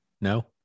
No